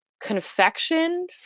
Confection